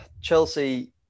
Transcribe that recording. Chelsea